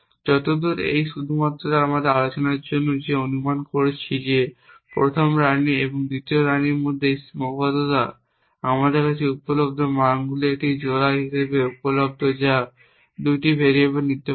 যতদূর এটি শুধুমাত্র আমাদের আলোচনার জন্য যে আমরা অনুমান করছি যে প্রথম রানী এবং দ্বিতীয় রাণীর মধ্যে এই সীমাবদ্ধতাটি আমাদের কাছে উপলব্ধ মানগুলির একটি জোড়া হিসাবে উপলব্ধ যা 2 ভেরিয়েবল নিতে পারে